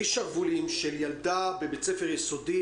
שרוולים בבגד של ילדה בבית ספר יסודי,